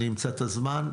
אני אמצא את הזמן.